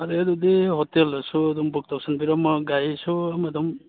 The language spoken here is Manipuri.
ꯐꯔꯦ ꯑꯗꯨꯗꯤ ꯍꯣꯇꯦꯜꯗꯁꯨ ꯑꯗꯨꯝ ꯕꯨꯛ ꯇꯧꯁꯤꯟꯕꯤꯔꯝꯃꯣ ꯒꯥꯔꯤꯁꯨ ꯑꯃ ꯑꯗꯨꯝ